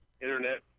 internet